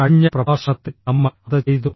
കഴിഞ്ഞ പ്രഭാഷണത്തിൽ നമ്മൾ അത് ചെയ്തു